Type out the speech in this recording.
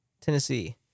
Tennessee